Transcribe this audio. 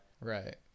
Right